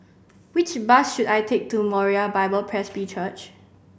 which bus should I take to Moriah Bible Presby Church